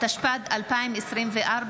התשפ"ד 2024,